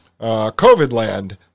COVID-land